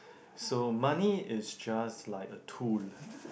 so money is just like a tool